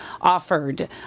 offered